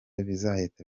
bizahita